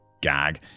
gag